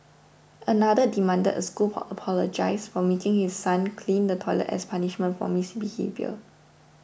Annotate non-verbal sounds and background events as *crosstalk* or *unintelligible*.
another demanded a school *unintelligible* apologise for making his son clean the toilet as punishment for misbehaviour